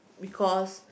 because